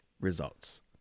results